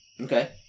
Okay